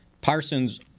Parsons